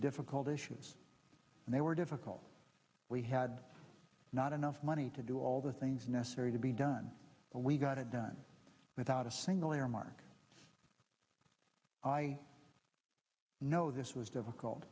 difficult issues and they were difficult we had not enough money to do all the things necessary to be done but we got it done without a single earmark i know this was difficult